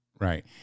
right